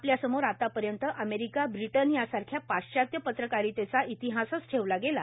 आपल्या समोर आतापर्यंत अमेरिका ब्रिटन यासारख्या पाश्चात्य पत्रकारितेचा इतिहासच ठेवला गेला